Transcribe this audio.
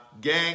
Gang